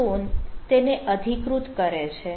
કી stone તેને અધિકૃત કરે છે